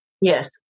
Yes